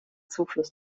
zufluss